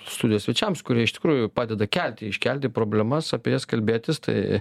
studijos svečiams kurie iš tikrųjų padeda kelti iškelti problemas apie jas kalbėtis tai